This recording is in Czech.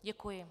Děkuji.